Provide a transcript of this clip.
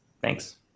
Thanks